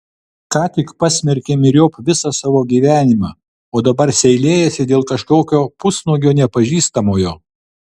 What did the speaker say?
ką tik pasmerkė myriop visą savo gyvenimą o dabar seilėjasi dėl kažkokio pusnuogio nepažįstamojo